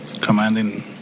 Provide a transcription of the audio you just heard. commanding